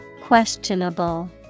questionable